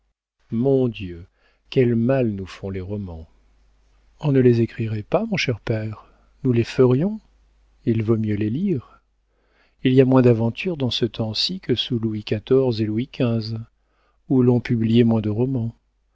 mon dieu quel mal nous font les romans on ne les écrirait pas mon cher père nous les ferions il vaut mieux les lire il y a moins d'aventures dans ce temps-ci que sous louis xiv et louis xv où l'on publiait moins de romans